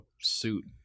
suit